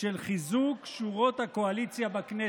של חיזוק שורות הקואליציה בכנסת.